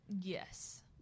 Yes